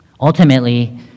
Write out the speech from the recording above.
Ultimately